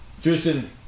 Justin